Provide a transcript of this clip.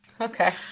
okay